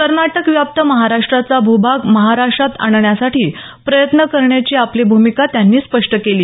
कर्नाटकव्याप्त महाराष्ट्राचा भूभाग महाराष्ट्रात आणण्यासाठी प्रयत्न करण्याची आपली भूमिका त्यांनी स्पष्ट केली